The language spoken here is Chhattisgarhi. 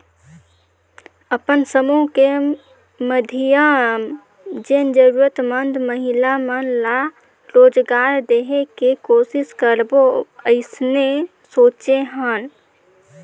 अपन समुह के माधियम जेन जरूरतमंद महिला मन ला रोजगार देहे के कोसिस करबो अइसने सोचे हन